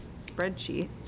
spreadsheet